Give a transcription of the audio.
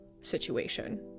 situation